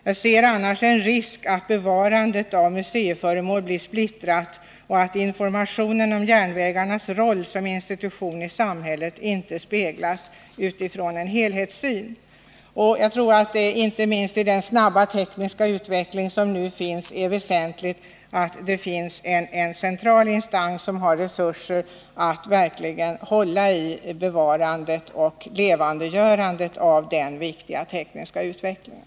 Jag ser annars en risk att bevarandet av museiföremål blir splittrat och att informationen om järnvägarnas roll som institution i samhället inte speglas utifrån en helhetssyn. Jag tror att det, inte minst med den snabba tekniska utveckling som nu pågår, är väsentligt att det finns en central instans, som har resurser att verkligen hålla i bevarandet och levandegörandet av den viktiga tekniska utvecklingen.